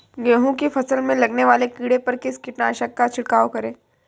गेहूँ की फसल में लगने वाले कीड़े पर किस कीटनाशक का छिड़काव करें?